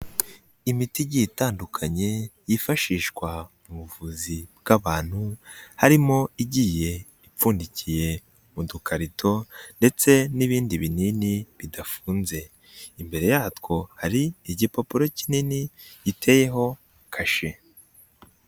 Imiti igiye itandukanye yifashishwa mu buvuzi bw'abantu, harimo igiye ipfundikiye mu dukarito ndetse n'ibindi binini bidafunze. Imbere yatwo hari igipapuro kinini giteyeho kashe.